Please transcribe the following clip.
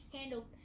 handle